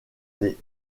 les